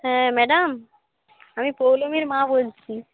হ্যাঁ ম্যাডাম আমি পৌলমীর মা বলছি